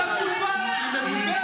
היא מבולבלת.